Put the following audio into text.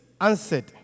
answered